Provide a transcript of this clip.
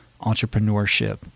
entrepreneurship